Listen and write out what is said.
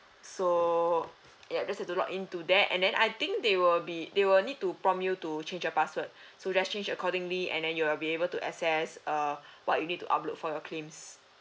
so ya this is to log in to there and that I think they will be they will need to prompt you to change your password so just change accordingly and you'll be able to access uh what you need to upload for your claims